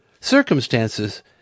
Circumstances